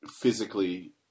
physically